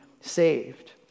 saved